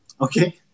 Okay